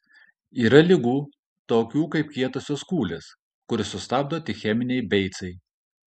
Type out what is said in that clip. yra ligų tokių kaip kietosios kūlės kurias sustabdo tik cheminiai beicai